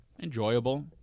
enjoyable